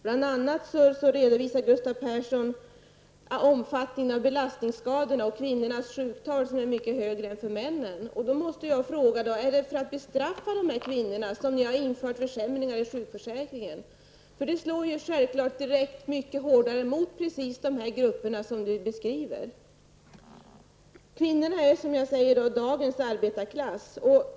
Bl.a. redovisade Gustav Persson omfattningen av belastningskadorna och kvinnornas sjuktal som är mycket högre än för männen. Då måste jag fråga: Är det för att bestraffa dessa kvinnor som ni har infört försämringar i sjukförsäkringen? Det slår självfallet direkt hårdare mot precis de grupper som Gustav Persson beskriver. Kvinnorna är, som jag sade, dagens arbetarklass.